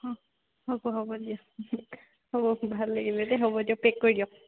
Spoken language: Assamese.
অঁ হ'ব হ'ব দিয়ক দিয়ক হ'ব ভাল লাগিব দেই হ'ব দিয়ক পেক কৰি দিয়ক